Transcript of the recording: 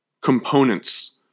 components